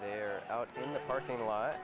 they're out in the parking lot